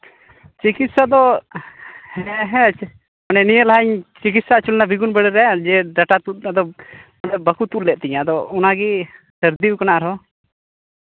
ᱪᱤᱠᱤᱛᱥᱟ ᱫᱚ ᱦᱮᱸ ᱦᱮᱸ ᱱᱤᱭᱟᱹ ᱞᱟᱦᱟᱧ ᱪᱤᱠᱤᱛᱥᱟ ᱦᱚᱪᱚ ᱞᱮᱱᱟ ᱡᱮ ᱰᱟᱴᱟ ᱛᱩᱫ ᱟᱫᱚ ᱵᱟᱠᱚ ᱛᱩᱫ ᱞᱮᱫ ᱛᱤᱧᱟᱹ ᱟᱫᱚ ᱚᱱᱟᱜᱮ ᱥᱟᱹᱨᱫᱤ ᱠᱟᱱᱟ ᱟᱨᱦᱚᱸ